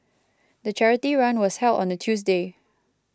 the charity run was held on a Tuesday